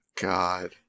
God